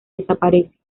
desaparece